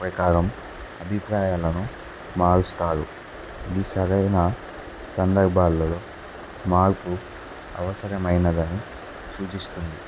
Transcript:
ప్రకారం అభిప్రాయాలను మారుస్తారు ఇది సగైన సందర్భాలలో మార్పు అవసకమైనదని సూచిస్తుంది